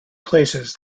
places